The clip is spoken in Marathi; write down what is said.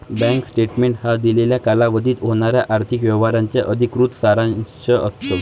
बँक स्टेटमेंट हा दिलेल्या कालावधीत होणाऱ्या आर्थिक व्यवहारांचा अधिकृत सारांश असतो